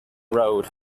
road